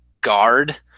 guard